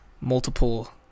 multiple